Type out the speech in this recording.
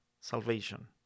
salvation